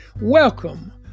Welcome